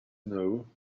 know